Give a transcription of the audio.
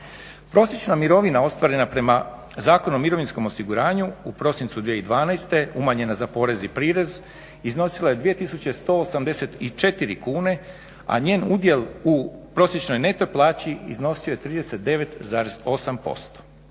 Prosječna mirovina ostvarena prema Zakonu o mirovinskom osiguranju u prosincu 2012.umanjena za porez i prirez iznosila je 2184 kune a njen udio u prosječnoj neto plaći iznosio je 3908%.